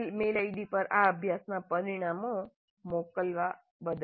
com પર આ અભ્યાસનાં પરિણામો મોકલવા બદલ આભાર